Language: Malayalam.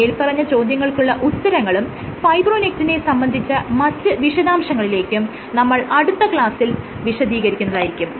മേല്പറഞ്ഞ ചോദ്യങ്ങൾക്കുള്ള ഉത്തരങ്ങളും ഫൈബ്രോനെക്റ്റിനെ സംബന്ധിച്ച മറ്റ് വിശദാംശങ്ങളിലേക്കും നമ്മൾ അടുത്ത ക്ലാസ്സിൽ വിശദീകരിക്കുന്നതായിരിക്കും